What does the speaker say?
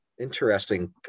interesting